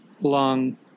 Lung